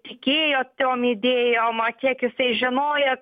tikėjo tom idėjom kiek jisai žinojo